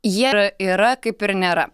jie yra kaip ir nėra